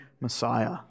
Messiah